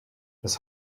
das